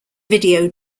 video